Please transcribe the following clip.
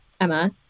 Emma